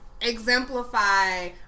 exemplify